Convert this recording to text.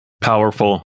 Powerful